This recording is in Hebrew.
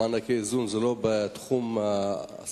שמענקי איזון הם לא בתחום סמכותך.